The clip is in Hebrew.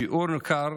שיעור ניכר